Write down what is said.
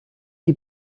die